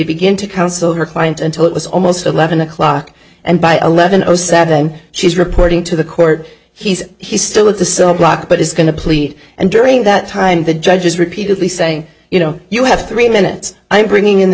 begin to counsel her client until it was almost eleven o'clock and by eleven o seven she's reporting to the court he's he's still in the cell block but is going to plea and during that time the judge is repeatedly saying you know you have three minutes i'm bringing in the